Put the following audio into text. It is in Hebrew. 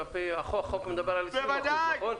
החוק מדבר על 20%, נכון?